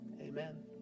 amen